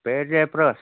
പേര് ജയപ്രകാശ്